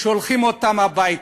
שולחים אותם הביתה,